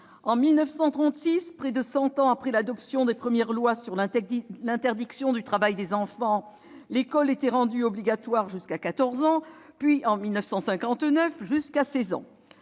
en 1936, près de cent ans après l'adoption des premières lois sur l'interdiction du travail des enfants, l'école était rendue obligatoire jusqu'à 14 ans ; puis, en 1959, elle le fut jusqu'à 16 ans.